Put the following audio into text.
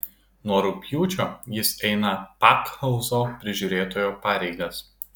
nuo rugpjūčio jis eina pakhauzo prižiūrėtojo pareigas